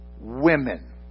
Women